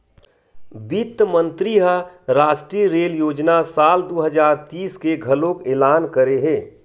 बित्त मंतरी ह रास्टीय रेल योजना साल दू हजार तीस के घलोक एलान करे हे